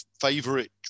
favorite